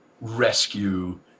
rescue